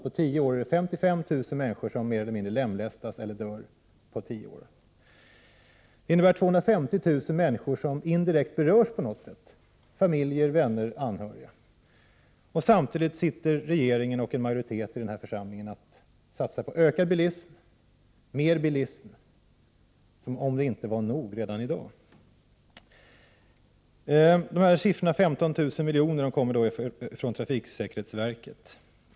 På tio år är det 55 000 människor som mer eller mindre lemlästas eller dör. Det innebär att 250 000 människor — familjer, andra anhöriga och vänner — indirekt berörs på något sätt. Samtidigt satsar regeringen och en majoritet i denna församling på ökad bilism, som om vi inte hade nog bilism redan i dag. Uppgiften 15 000 milj.kr. kommer från trafiksäkerhetsverket.